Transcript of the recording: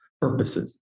purposes